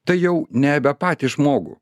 tai jau nebe apie patį žmogų